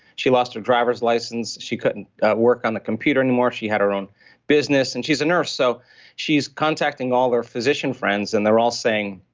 she lost her driver's license. she couldn't work on the computer anymore. she had her own business, and she's a nurse. so she's contacting all our physician friends, and they're all saying,